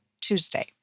Tuesday